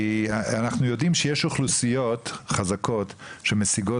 כי אנחנו יודעים שיש אוכלוסיות חזקות שמשיגות